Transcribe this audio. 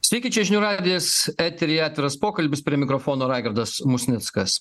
sveiki čia žinių radijas eteryje atviras pokalbis prie mikrofono raigardas musnickas